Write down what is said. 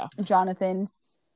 Jonathan's